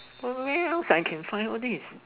where else can I find all these